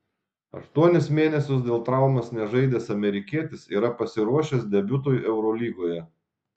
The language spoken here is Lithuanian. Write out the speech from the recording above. aštuonis mėnesius dėl traumos nežaidęs amerikietis yra pasiruošęs debiutui eurolygoje